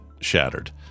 shattered